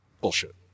Bullshit